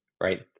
right